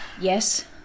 Yes